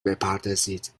بپردازید